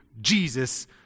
Jesus